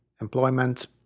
Employment